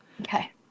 Okay